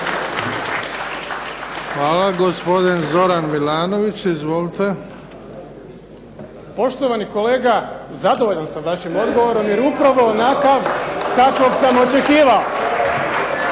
Hvala. Gospodin Zoran Milanović. Izvolite. **Milanović, Zoran (SDP)** Poštovani kolega, zadovoljan sam vašim odgovorom jer je upravo onakav kakvog sam očekivao.